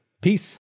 Peace